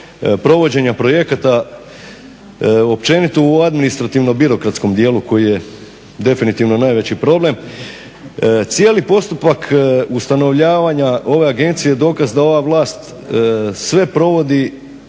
provođenja projekata općenito u administrativno birokratskom dijelu koji je definitivno najveći problem. Cijeli postupak ustanovljavanja ove agencije dokaz da ova vlast sve provodi